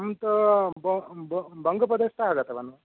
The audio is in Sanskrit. अहं तु ब बङ्गप्रदेशतः आगतवान्